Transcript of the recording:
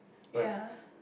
ya